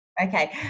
Okay